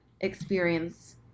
experience